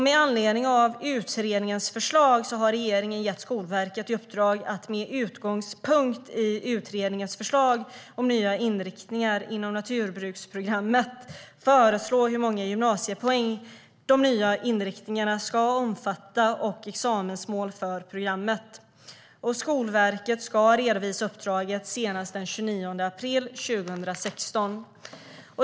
Med anledning av utredningens förslag har regeringen gett Skolverket i uppdrag att med utgångspunkt i utredningens förslag om nya inriktningar inom naturbruksprogrammet föreslå hur många gymnasiepoäng de nya inriktningarna ska omfatta och examensmål för programmet. Skolverket ska redovisa uppdraget senast den 29 april 2016.